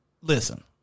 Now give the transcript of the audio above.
Listen